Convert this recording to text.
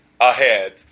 ahead